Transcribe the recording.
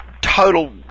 Total